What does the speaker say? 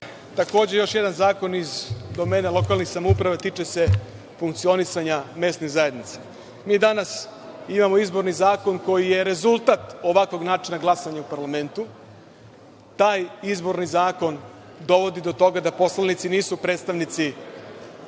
Takođe još jedan zakon iz domena lokalnih samouprava, a tiče se funkcionisanja mesnih zajednica. Danas imamo izborni zakon koji je rezultat ovakvog načina glasanja u parlamentu. Taj izborni zakon dovodi do toga da poslanici nisu predstavnici